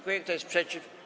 Kto jest przeciw?